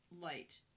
light